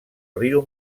riu